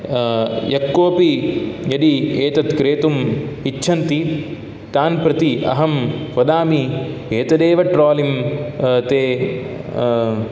यः कोपि यदि एतत् क्रेतुम् इच्छन्ति तान् प्रति अहं वदामि एतदेव ट्रोलिं ते